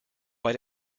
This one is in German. bei